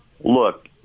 look